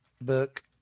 Book